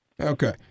Okay